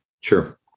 Sure